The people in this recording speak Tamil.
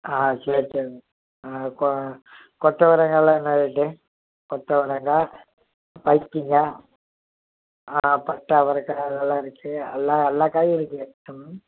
ஆ சரி சரிங்க ஆ கொ கொத்தவரங்காலாம் என்ன ரேட்டு கொத்தவரங்காய் கத்திரிக்காய் ஆ பட்டை அவரக்காய் அதெல்லாம் இருக்கு எல்லா எல்லா காயும் இருக்கு ம்